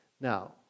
Now